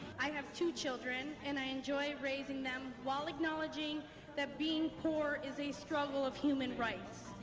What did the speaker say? i have two children and i enjoy raising them while acknowledging that being poor is a struggle of human rights,